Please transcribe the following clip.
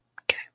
Okay